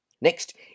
Next